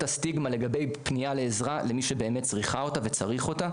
הסטיגמה לגבי פנייה לעזרה למי שבאמת צריכה אותה וצריך אותה,